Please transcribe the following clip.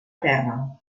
terra